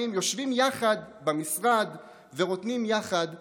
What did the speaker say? יושבים יחד במשרד ורוטנים יחד בפקקים,